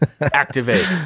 Activate